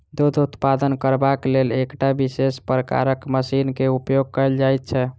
दूध उत्पादन करबाक लेल एकटा विशेष प्रकारक मशीन के उपयोग कयल जाइत छै